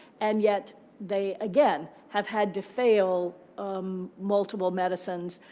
and yet they, again, have had to fail um multiple medicines,